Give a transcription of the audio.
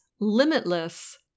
limitless